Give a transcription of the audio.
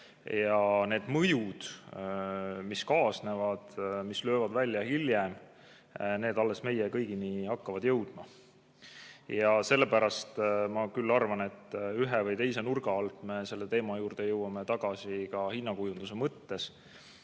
Ja need mõjud, mis kaasnevad, mis löövad välja hiljem, alles hakkavad meie kõigini jõudma. Ja sellepärast ma küll arvan, et ühe või teise nurga alt me selle teema juurde jõuame tagasi ka hinnakujunduse mõttes. Aga